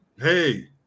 Hey